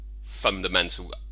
fundamental